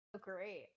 Great